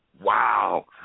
Wow